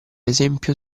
esempio